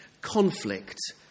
conflict